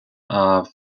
are